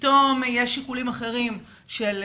פתאום יש שיקולים אחרים כמו: